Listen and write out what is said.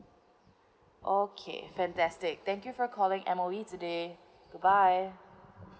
okay fantastic thank you for calling M_O_E today goodbye